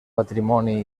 patrimoni